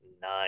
Nine